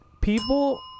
people